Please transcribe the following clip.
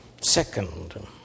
Second